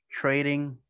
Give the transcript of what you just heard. trading